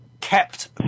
kept